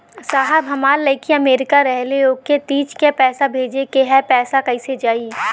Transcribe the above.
साहब हमार लईकी अमेरिका रहेले ओके तीज क पैसा भेजे के ह पैसा कईसे जाई?